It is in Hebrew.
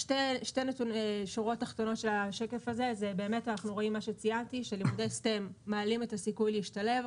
שתי השורות התחתונות של השקף זה שלימודי STEM מעלים את הסיכוי להשתלב.